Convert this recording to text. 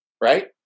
Right